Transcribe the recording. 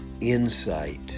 insight